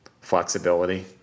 flexibility